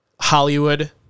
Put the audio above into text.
Hollywood